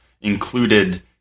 included